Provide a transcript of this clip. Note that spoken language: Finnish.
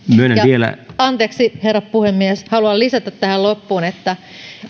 vielä anteeksi herra puhemies haluan lisätä tähän loppuun että